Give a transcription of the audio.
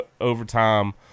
overtime